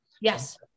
Yes